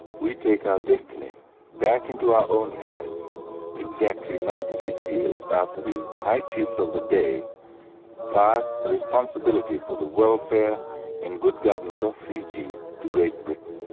we take our destiny back into our own hands exactly ninety six years after the high chiefs of the day passed the responsibility for the welfare and good government of fiji to great britain.